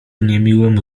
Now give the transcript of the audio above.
niemiłemu